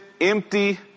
empty